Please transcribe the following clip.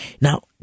Now